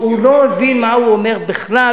הוא לא הבין מה הוא אומר בכלל,